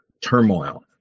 turmoil